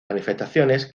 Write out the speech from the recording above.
manifestaciones